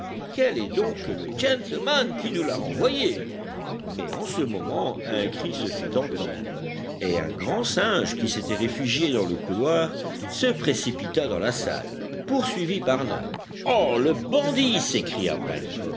quel est donc le gentleman qui nous l'a renvoyée mais en ce moment un cri se fit entendre et un grand singe qui s'était réfugié dans le couloir se précipita dans la salle poursuivi par nab ah le bandit s'écria